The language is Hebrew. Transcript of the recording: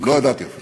לא ידעתי אפילו.